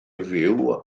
fyw